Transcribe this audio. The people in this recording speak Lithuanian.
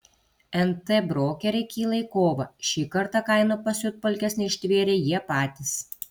nt brokeriai kyla į kovą šį kartą kainų pasiutpolkės neištvėrė jie patys